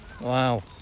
Wow